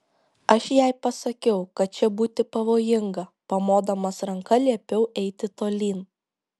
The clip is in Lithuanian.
aš jai pasakiau kad čia būti pavojinga pamodamas ranka liepiau eiti tolyn